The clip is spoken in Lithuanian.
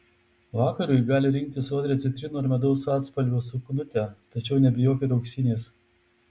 vakarui gali rinktis sodrią citrinų ar medaus atspalvio suknutę tačiau nebijok ir auksinės